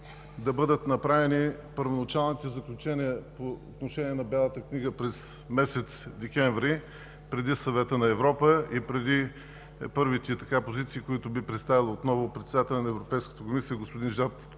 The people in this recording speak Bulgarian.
да бъдат направени първоначалните заключения по отношение на Бялата книга през месец декември, преди Съвета на Европа и преди първите позиции, които би представил отново Председателят на Европейската комисия господин Жан-Клод